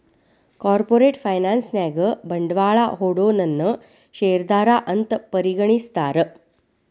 corporate finance ನ್ಯಾಗ ಬಂಡ್ವಾಳಾ ಹೂಡೊನನ್ನ ಶೇರ್ದಾರಾ ಅಂತ್ ಪರಿಗಣಿಸ್ತಾರ